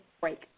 break